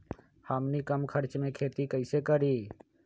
हमनी कम खर्च मे खेती कई से करी?